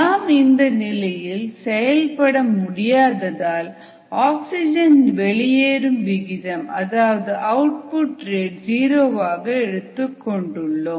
நாம் இந்த நிலையில் செயல்பட முடியாததால் ஆக்ஸிஜன் வெளியேறும் விகிதம் அதாவது அவுட்புட் ரேட் ஜீரோவாக எடுத்துக் கொண்டுள்ளோம்